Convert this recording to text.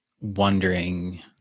wondering